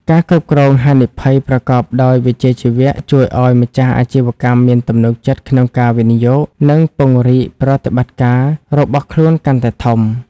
ការគ្រប់គ្រងហានិភ័យប្រកបដោយវិជ្ជាជីវៈ ជួយឱ្យម្ចាស់អាជីវកម្មមានទំនុកចិត្តក្នុងការវិនិយោគ និងពង្រីកប្រតិបត្តិការរបស់ខ្លួនកាន់តែធំ។